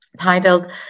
titled